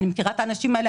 אני מכירה את הנשים האלו,